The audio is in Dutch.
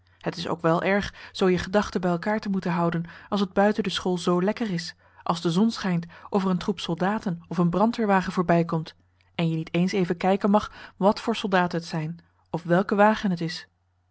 het is ook wel erg zoo je gedachten bij elkaar te moeten houden als het buiten de school zoo lekker is als de zon schijnt of er een troep soldaten of een brandweerwagen voorbij komt en je niet eens even kijken mag wat voor soldaten het zijn of welke wagen het is